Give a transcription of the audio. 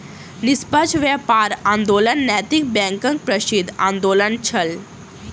निष्पक्ष व्यापार आंदोलन नैतिक बैंकक प्रसिद्ध आंदोलन छल